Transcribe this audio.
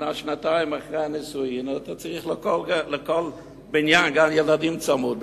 שנה-שנתיים אחרי הנישואים אתה צריך לכל בניין גן-ילדים צמוד,